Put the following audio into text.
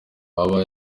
waba